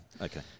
Okay